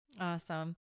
Awesome